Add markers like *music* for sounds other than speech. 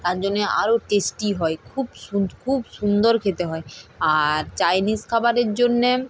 তার জন্য আরও টেস্টি হয় খুব *unintelligible* খুব সুন্দর খেতে হয় আর চাইনিজ খাবারের জন্য